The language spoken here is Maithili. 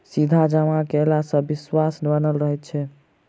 सीधा जमा कयला सॅ विश्वास बनल रहैत छै